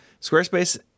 Squarespace